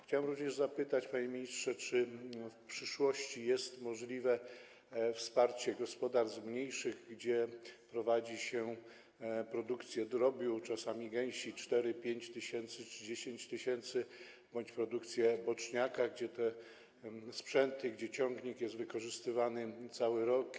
Chciałbym również zapytać, panie ministrze, czy w przyszłości jest możliwe wsparcie mniejszych gospodarstw, gdzie prowadzi się produkcję drobiu, czasami gęsi, 4, 5 czy 10 tys., bądź produkcję boczniaka, gdzie te sprzęty, gdzie ciągnik jest wykorzystywany cały rok.